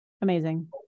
Amazing